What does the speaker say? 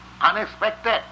unexpected